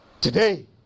today